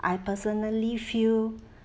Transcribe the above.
I personally feel